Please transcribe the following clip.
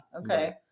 okay